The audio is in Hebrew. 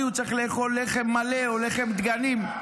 הוא צריך לאכול לחם מלא או לחם דגנים.